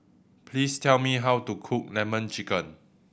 please tell me how to cook Lemon Chicken